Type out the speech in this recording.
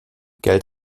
geld